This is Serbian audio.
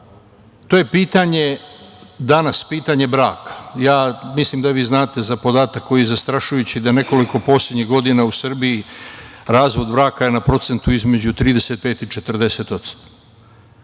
To je danas pitanje braka. Mislim da vi znate za podatak koji je zastrašujući da u nekoliko poslednjih godina u Srbiji razvod braka je na procentu između 35% i 40%.Mi